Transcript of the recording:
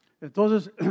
Entonces